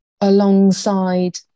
alongside